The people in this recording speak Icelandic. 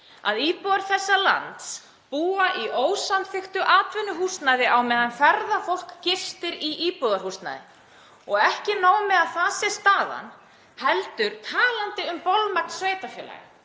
að íbúar þessa lands búa í ósamþykktu atvinnuhúsnæði á meðan ferðafólk gistir í íbúðarhúsnæði. Og ekki nóg með að það sé staðan heldur, talandi um bolmagn sveitarfélaga,